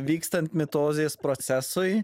vykstant mitozės procesui